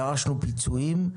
דרשנו פיצויים,